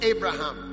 Abraham